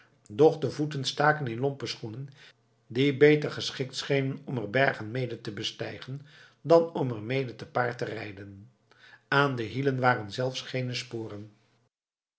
de voeten staken in lompe schoenen die beter geschikt schenen om er bergen mede te bestijgen dan om er mede te paard te rijden aan de hielen waren zelfs geene sporen